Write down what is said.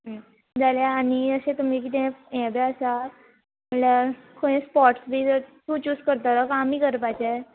जाल्या आनी अशें तुमगे किदें हें बी आसा म्हणल्यार खंय स्पोट्स बी जर तूं चूज करतलो काय आमी करपाचें